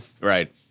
Right